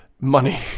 money